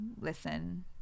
listen